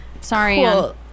Sorry